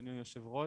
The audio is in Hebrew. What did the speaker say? לאדוני היו"ר.